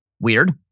Weird